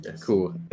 cool